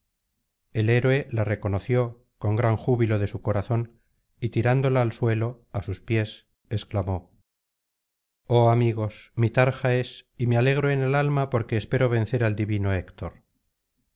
el héroe la reconoció con gran júbilo de su corazón y tirándola al suelo á sus pies exclamó oh amigos mi tarja es y me alegro en el alma porque espero vencer al divino héctor